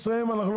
אדוני,